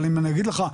אבל אם אני אגיד לך,